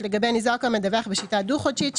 לגבי ניזוק המדווח בשיטה דו-חודשית,